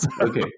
Okay